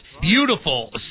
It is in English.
beautiful